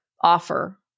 offer